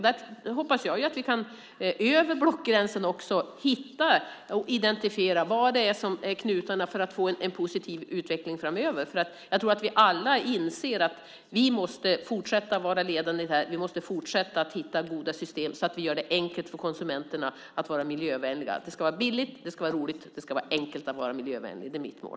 Där hoppas jag att vi över blockgränserna kan hitta och identifiera vad det är som är knutarna, för att få en positiv utveckling framöver. Jag tror att vi alla inser att vi måste fortsätta att vara ledande, och vi måste fortsätta att hitta goda system så att vi gör det enkelt för konsumenterna att vara miljövänliga. Det ska vara billigt, det ska vara roligt och det ska vara enkelt att vara miljövänlig. Det är mitt mål.